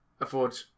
afford